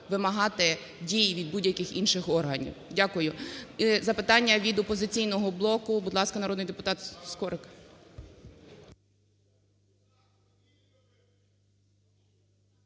вимагати дій від будь-яких інших органів. Дякую. І запитання від "Опозиційного блоку". Будь ласка, народний депутат Скорик.